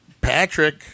Patrick